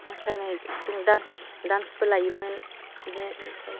मोसानाय जों दान्स दान्सबो लायोमोन बिदिनो